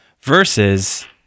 versus